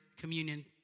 communion